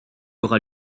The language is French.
aura